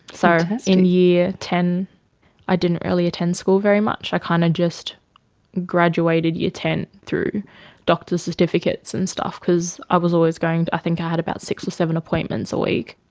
so in year ten i didn't really attend school very much, i kind of just graduated year ten through doctors certificates and stuff because i was always going, i think i had about six or seven appointments a week.